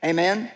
Amen